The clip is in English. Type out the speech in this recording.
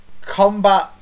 Combat